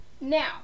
Now